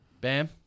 bam